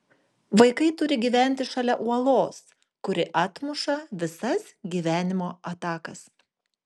vaikai turi gyventi šalia uolos kuri atmuša visas gyvenimo atakas